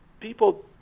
people